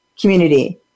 community